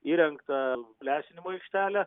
įrengtą lesinimo aikštelę